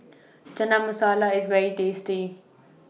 Chana Masala IS very tasty